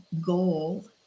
goal